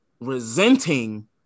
resenting